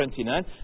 29